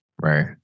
Right